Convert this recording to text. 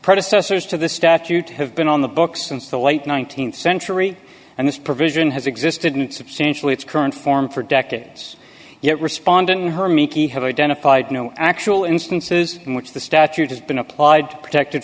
predecessors to the statute have been on the books since the late th century and this provision has existed in substantially its current form for decades yet respondent hermie key have identified no actual instances in which the statute has been applied protected